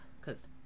cause